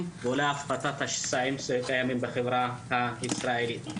ואולי הפחתת השסעים שקיימים בחברה הישראלית.